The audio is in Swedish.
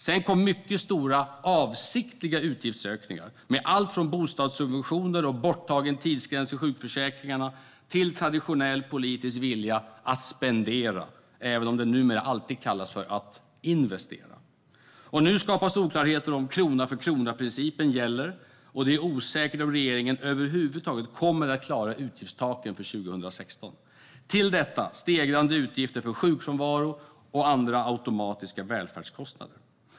Sedan kom mycket stora avsiktliga utgiftsökningar med allt från bostadssubventioner och borttagen tidsgräns i sjukförsäkringarna till traditionell politisk vilja att spendera - även om det numera alltid kallas för att investera. Nu skapas oklarheter om krona-för-krona-principen gäller, och det är osäkert om regeringen över huvud taget kommer att klara utgiftstaket för 2016. Till detta kommer stegrande utgifter för sjukfrånvaro och andra automatiska välfärdskostnader.